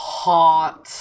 hot